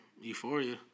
Euphoria